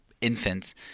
infants